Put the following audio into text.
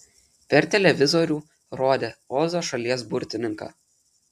per televizorių rodė ozo šalies burtininką